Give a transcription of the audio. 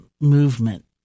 movement